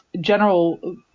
general